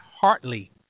Hartley